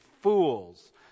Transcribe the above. fools